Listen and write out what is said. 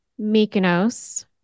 Mykonos